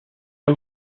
non